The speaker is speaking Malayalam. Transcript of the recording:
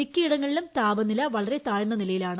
മിക്കയിടങ്ങളിലും താപനില വളരെ താഴ്ന്ന നിലയിലാണ്